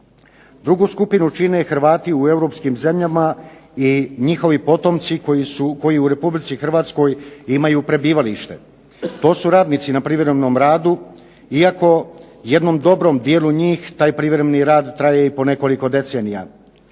Drugu skupinu čine Hrvati u Europskim zemljama i njihovi potomci koji u Republici Hrvatskoj imaju prebivalište. To su radnici na privremenom radu iako jednom dobrom dijelu njih taj privremeni rad traje i nekoliko decenija.